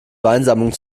weinsammlung